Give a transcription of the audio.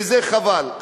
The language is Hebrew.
וזה חבל,